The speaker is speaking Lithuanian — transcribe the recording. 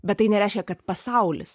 bet tai nereiškia kad pasaulis